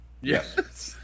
Yes